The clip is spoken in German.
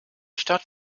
stadt